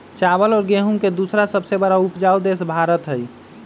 चावल और गेहूं के दूसरा सबसे बड़ा उपजाऊ देश भारत हई